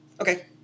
Okay